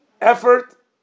effort